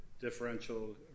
differential